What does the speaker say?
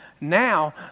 Now